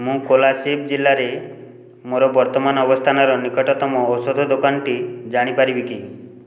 ମୁଁ କୋଲାସିବ ଜିଲ୍ଲାରେ ମୋର ବର୍ତ୍ତମାନ ଅବସ୍ଥାନର ନିକଟତମ ଔଷଧ ଦୋକାନଟି ଜାଣିପାରିବି କି